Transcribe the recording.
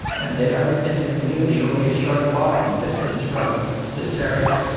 and they are within the community, only a short walking distance from this area.